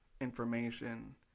information